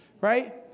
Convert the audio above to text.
right